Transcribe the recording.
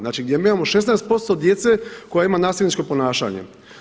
Znači gdje mi imamo 16% djece koja ima nasilničko ponašanje.